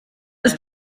ist